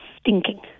stinking